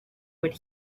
would